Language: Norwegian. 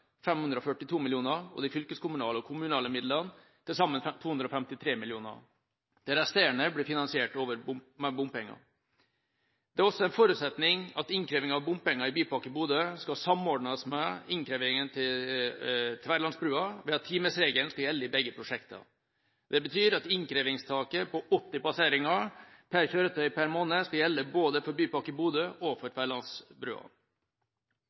542 mill. kr og de fylkeskommunale og kommunale midlene til sammen 253 mill. kr. Det resterende blir finansiert med bompenger. Det er også en forutsetning at innkreving av bompenger i Bypakke Bodø skal samordnes med innkrevingen til Tverlandsbrua ved at timesregelen skal gjelde i begge prosjekter. Det betyr at innkrevingstaket på 80 passeringer per kjøretøy per måned skal gjelde både for Bypakke Bodø og for Tverlandsbrua. I